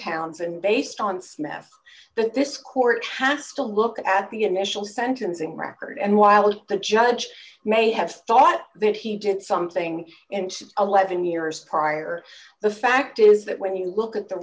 towns and based on smith that this court has to look at the initial sentencing record and while the judge may have thought that he did something and eleven years prior the fact is that when you look at the